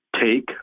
take